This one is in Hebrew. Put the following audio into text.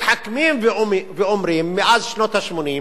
מתחכמים ואומרים מאז שנות ה-80,